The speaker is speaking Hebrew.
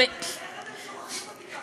איך אתם שוכחים אותי כאן?